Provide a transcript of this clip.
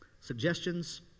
suggestions